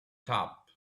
top